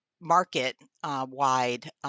market-wide